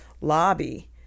lobby